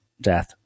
death